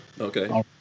okay